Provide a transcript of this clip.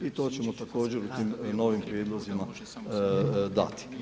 I to ćemo također u tim novim prijedlozima dati.